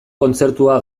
kontzertua